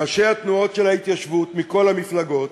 ראשי התנועות של ההתיישבות מכל המפלגות,